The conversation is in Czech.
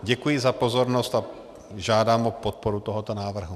Děkuji za pozornost a žádám o podporu tohoto návrhu.